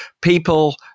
people